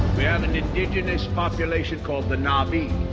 we have an indigenous population called the na' vi.